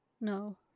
no